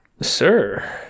Sir